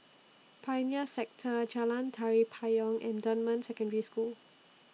Pioneer Sector Jalan Tari Payong and Dunman Secondary School